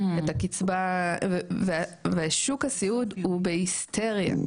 את הקצבה ושוק הסיעוד הוא בהיסטריה.